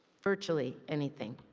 virtually anything.